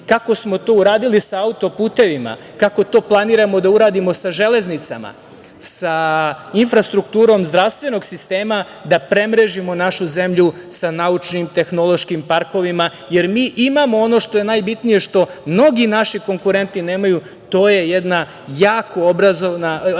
kako smo to uradili sa autoputevima, kako to planiramo da uradimo sa železnicama, sa infrastrukturom zdravstvenog sistema, da premrežimo našu zemlju sa naučnim, tehnološkim parkovima jer mi imamo, ono što je najbitnije, što mnogi naši konkurenti nemaju, to je jedna jako obrazovana